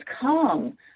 come